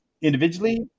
individually